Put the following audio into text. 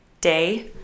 day